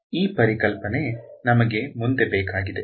ಈ ಪರಿಕಲ್ಪನೆ ನಮಗೆ ಮುಂದೆ ಬೇಕಾಗಿದೆ